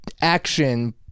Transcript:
action